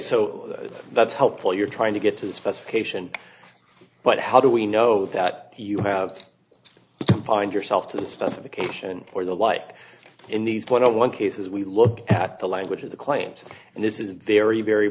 so that's helpful you're trying to get to the specification but how do we know that you have to find yourself to the specification or the like in these point one cases we look at the language of the client and this is a very very